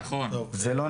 זה נכון מאוד.